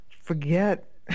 forget